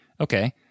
Okay